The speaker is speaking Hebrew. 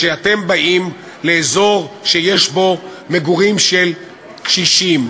כשאתם באים לאזור שיש בו מגורים של קשישים,